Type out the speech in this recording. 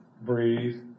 breathe